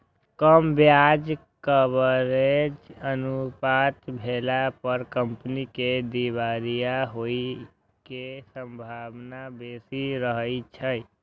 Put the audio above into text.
कम ब्याज कवरेज अनुपात भेला पर कंपनी के दिवालिया होइ के संभावना बेसी रहै छै